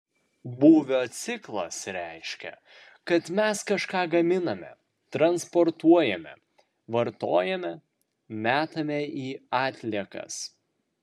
būvio ciklas reiškia kad mes kažką gaminame transportuojame vartojame metame į atliekas